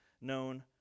known